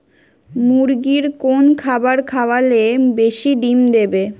মুরগির কোন খাবার খাওয়ালে বেশি ডিম দেবে?